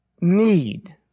need